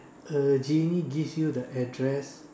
a genie gives you the address